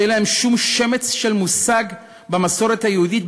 שאין להן שום שמץ של מושג במסורת היהודית,